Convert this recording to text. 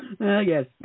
Yes